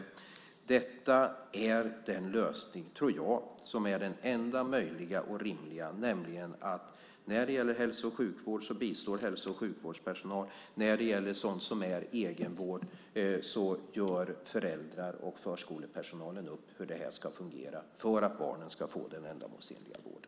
Detta är den lösning, tror jag, som är den enda möjliga och rimliga, nämligen att när det gäller hälso och sjukvård bistår hälso och sjukvårdspersonal, och när det är egenvård gör föräldrarna och förskolepersonalen upp hur det ska fungera för att barnen ska få den ändamålsenliga vården.